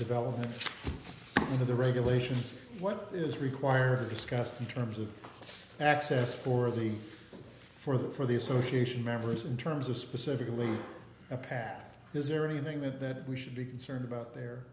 development in the regulations what is required discussed in terms of access for the for the for the association members in terms of specifically a pac is there anything that we should be concerned about their